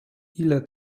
ile